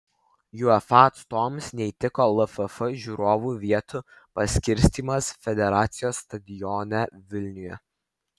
uefa atstovams neįtiko lff žiūrovų vietų paskirstymas federacijos stadione vilniuje